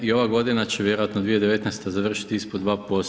I ova godina će vjerojatno l2019. završiti ispod 2%